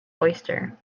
oyster